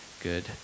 good